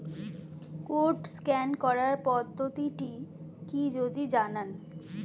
Code scan করার পদ্ধতিটি কি যদি জানান?